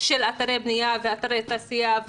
אתרי בנייה ואתרי תעשייה,